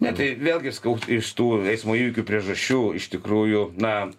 ne tai vėlgi sakau iš tų eismo įvykių priežasčių iš tikrųjų na